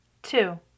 Two